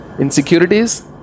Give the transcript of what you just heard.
Insecurities